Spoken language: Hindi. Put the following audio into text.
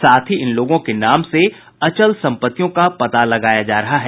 साथ ही इन लोगों के नाम से अचल संपत्तियों का पता लगाया जा रहा है